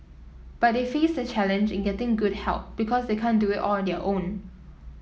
but they face the challenge in getting good help because they can't do it all on their own